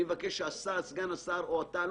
אני מבקש שאתה או סגן השר יגיעו.